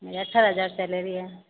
मेरा छः हजार सैलरी है